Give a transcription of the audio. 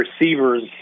receivers